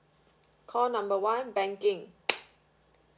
call number one banking